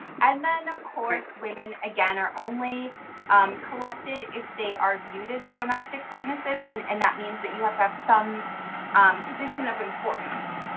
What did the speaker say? and then of course women again are only collected if they are viewed as domestic witnesses, and and that means that you have to have some position of importance.